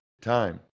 time